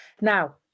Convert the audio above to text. Now